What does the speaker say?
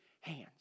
hands